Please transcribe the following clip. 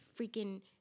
freaking